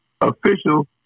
official